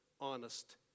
honest